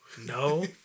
no